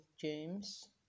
James